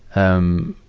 um,